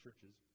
churches